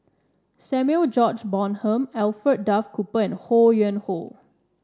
Samuel George Bonham Alfred Duff Cooper and Ho Yuen Hoe